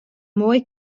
moai